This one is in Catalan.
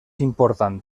important